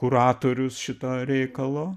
kuratorius to reikalo